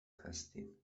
هستین